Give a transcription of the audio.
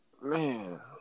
Man